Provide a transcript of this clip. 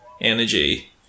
energy